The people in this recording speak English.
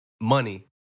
money